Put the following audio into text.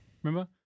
Remember